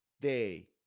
day